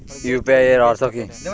UPI এর অর্থ কি?